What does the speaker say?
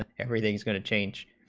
everything's gonna change